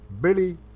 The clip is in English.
Billy